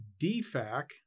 DFAC